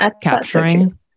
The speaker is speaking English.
Capturing